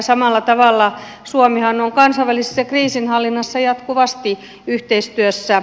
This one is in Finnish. samalla tavalla suomihan on kansainvälisessä kriisinhallinnassa jatkuvasti yhteistyössä